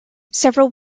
several